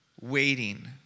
waiting